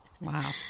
Wow